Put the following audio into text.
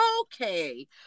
Okay